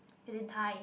as in thigh